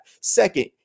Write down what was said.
Second